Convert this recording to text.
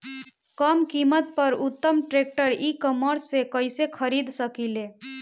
कम कीमत पर उत्तम ट्रैक्टर ई कॉमर्स से कइसे खरीद सकिले?